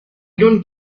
don’t